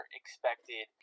expected